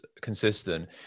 consistent